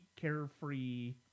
carefree